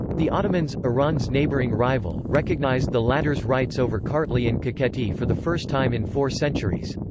the ottomans, iran's neighboring rival, recognized the latters rights over kartli and kakheti for the first time in four centuries.